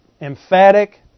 emphatic